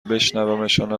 بشنومشان